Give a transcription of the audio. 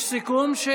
יש סיכום?